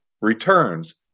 returns